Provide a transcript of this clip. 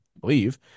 believe